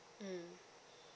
mmhmm